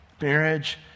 Marriage